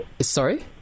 Sorry